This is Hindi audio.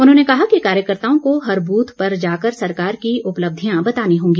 उन्होंने कहा कि कार्यकर्ताओं को हर बूथ पर जाकर सरकार की उपलब्धियां बतानी होगी